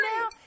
now